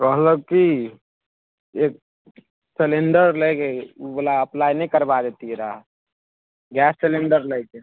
कहलक की एक सलेण्डर लगेगी उबला अप्लाय नहि करबा दितियै रहऽ गैस सलेण्डर लैके हइ